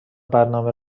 برنامه